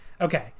okay